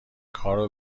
کارو